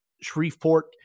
Shreveport